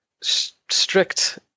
strict